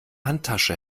handtasche